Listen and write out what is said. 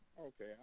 Okay